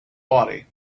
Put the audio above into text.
body